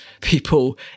people